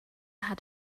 had